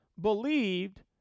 believed